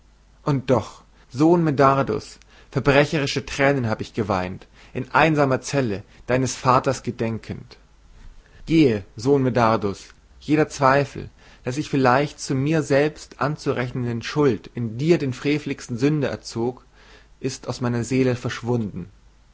und doch sohn medardus verbrecherische tränen hab ich geweint in einsamer zelle deines vaters gedenkend gehe sohn medardus jeder zweifel daß ich vielleicht zur mir selbst anzurechnenden schuld in dir den freveligsten sünder erzog ist aus meiner seele verschwunden